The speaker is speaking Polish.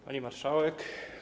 Pani Marszałek!